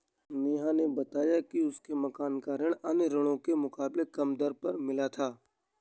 नेहा ने बताया कि उसे मकान ऋण अन्य ऋणों के मुकाबले कम दर पर मिला था